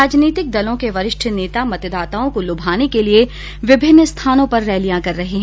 राजनीतिक दलों के वरिष्ठ नेता मतदाताओं को लुभाने के लिए विभिन्न स्थानों पर रैलियां कर रहे हैं